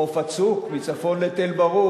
חוף הצוק מצפון לתל-ברוך,